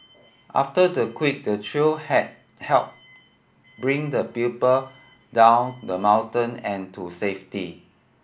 after the quake the trio had helped bring the pupil down the mountain and to safety